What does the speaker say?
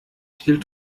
viel